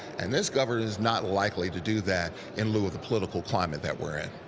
and this governor is not likely to do that in lieuful the political climate that we're in.